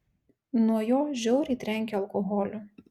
nuo jo žiauriai trenkia alkoholiu